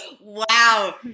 Wow